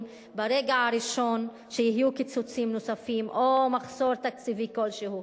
ברגע הראשון שיהיו קיצוצים נוספים או מחסור תקציבי כלשהו.